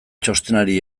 txostenari